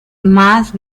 más